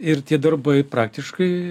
ir tie darbai praktiškai